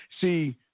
See